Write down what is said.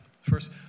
first